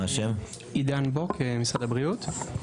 אני ממשרד הבריאות.